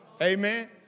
Amen